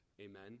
Amen